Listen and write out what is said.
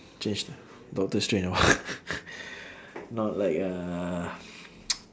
change ah doctor strange no not like a